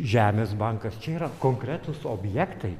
žemės bankas čia yra konkretūs objektai